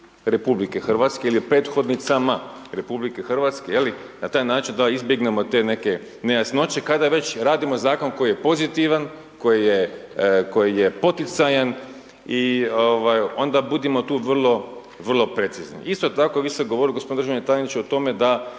RH ili prethodnicama RH na taj način da izbjegnemo te neke nejasnoće kada već radimo zakon koji je pozitivan, koji je poticajan i onda budimo tu vrlo, vrlo precizni. Isto tako, vi ste govorili gospodine državni tajniče o tome da